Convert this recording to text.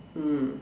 mm